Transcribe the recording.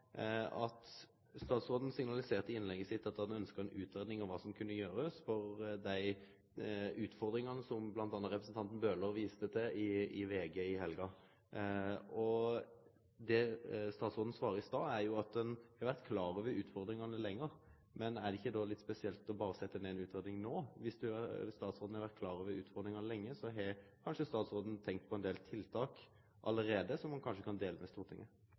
Statsråden signaliserte i innlegget sitt at han ønskjer ei utgreiing om kva som kan gjerast med dei utfordringane som bl.a. representanten Bøhler viste til i VG i helga. Statsråden svarte at ein har vore klar over utfordringane lenge. Er det ikkje då litt spesielt å få ei utgreiing no? Om statsråden har vore klar over desse utfordringane lenge, har han kanskje allereie tenkt på ein del tiltak, og han kan kanskje dele tankane med Stortinget.